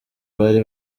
bari